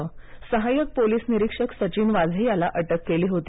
नं सहायक पोलीस निरीक्षक सचिन वाझे याला अटक केली होती